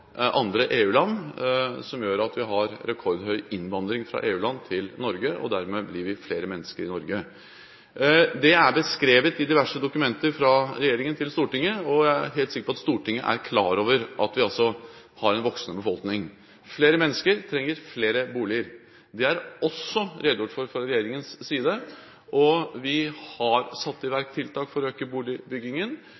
andre EU-land, noe som gjør at vi har rekordhøy innvandring fra EU-land til Norge. Dermed blir vi flere mennesker i Norge. Dette er beskrevet i diverse dokumenter fra regjeringen til Stortinget, og jeg er helt sikker på at Stortinget er klar over at vi har en voksende befolkning. Flere mennesker trenger flere boliger. Det er det også redegjort for fra regjeringens side, og vi har satt i